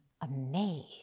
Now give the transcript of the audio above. amazed